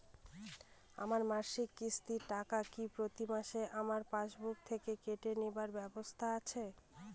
আমার মাসিক কিস্তির টাকা কি প্রতিমাসে আমার পাসবুক থেকে কেটে নেবার ব্যবস্থা আছে?